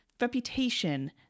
reputation